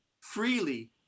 freely